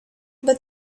but